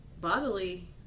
bodily